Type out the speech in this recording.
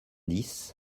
dix